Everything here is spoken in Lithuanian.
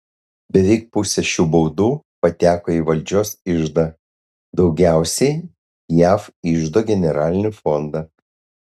beveik pusė šių baudų pateko į valdžios iždą daugiausiai jav iždo generalinį fondą